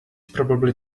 probably